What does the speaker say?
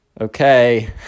okay